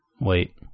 Wait